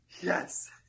Yes